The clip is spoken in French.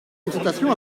consultation